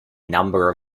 number